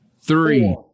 three